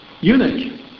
Eunuch